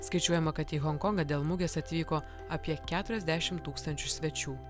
skaičiuojama kad į honkongą dėl mugės atvyko apie keturiasdešimt tūkstančių svečių